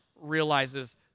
realizes